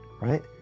right